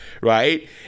right